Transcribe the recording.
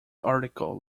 article